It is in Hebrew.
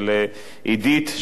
לעידית,